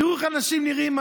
תראו איך אנשים נראים.